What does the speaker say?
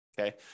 Okay